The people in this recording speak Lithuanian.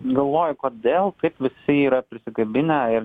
galvoju kodėl taip visi yra prisikabinę ir